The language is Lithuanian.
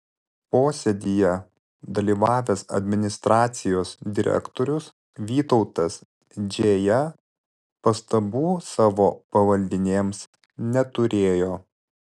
posėdyje dalyvavęs administracijos direktorius vytautas džėja pastabų savo pavaldinėms neturėjo